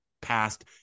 past